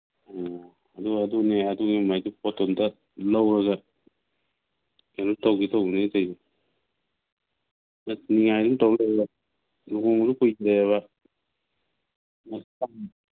ꯑꯣ ꯑꯗꯨ ꯑꯗꯨꯅ ꯑꯗꯨꯉꯩ ꯄꯣꯠꯇꯣ ꯑꯝꯇ ꯂꯧꯔꯒ ꯀꯩꯅꯣ ꯇꯧꯒꯦ ꯇꯧꯅꯤ ꯑꯩ ꯇꯧꯋꯤꯁꯦ ꯅꯤꯉꯥꯏ ꯑꯗꯨꯝ ꯇꯧ ꯂꯩꯕ ꯂꯨꯍꯣꯡꯕꯗꯨ ꯀꯨꯏꯗ꯭ꯔꯦꯕ